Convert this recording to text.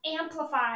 amplify